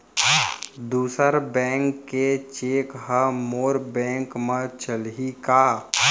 दूसर bank cheque चेक ह मोर बैंक म चलही का?